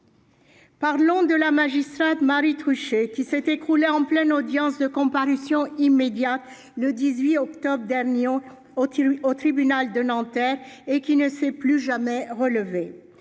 Parlons de la magistrate Marie Truchet, qui s'est écroulée en pleine audience de comparution immédiate, le 18 octobre dernier, au tribunal de Nanterre, pour ne plus jamais se relever.